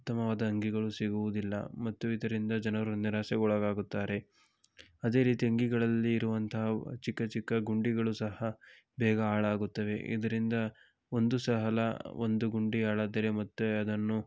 ಉತ್ತಮವಾದ ಅಂಗಿಗಳು ಸಿಗುವುದಿಲ್ಲ ಮತ್ತು ಇದರಿಂದ ಜನರು ನಿರಾಸೆಗೊಳಗಾಗುತ್ತಾರೆ ಅದೇ ರೀತಿ ಅಂಗಿಗಳಲ್ಲಿ ಇರುವಂತಹ ಚಿಕ್ಕ ಚಿಕ್ಕ ಗುಂಡಿಗಳು ಸಹ ಬೇಗ ಹಾಳಾಗುತ್ತವೆ ಇದರಿಂದ ಒಂದು ಸಲ ಒಂದು ಗುಂಡಿ ಹಾಳಾದರೆ ಮತ್ತೆ ಅದನ್ನು